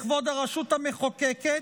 בכבוד הרשות המחוקקת,